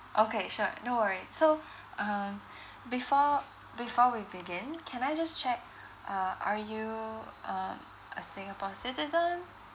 okay sure no worries so um before before we begin can I just check uh are you um a singapore citizen